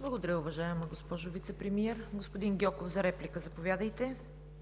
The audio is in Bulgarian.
Благодаря, уважаема госпожо Вицепремиер. Господин Гьоков, заповядайте